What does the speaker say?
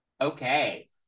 Okay